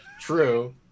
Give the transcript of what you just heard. True